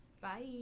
Bye